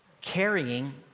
Carrying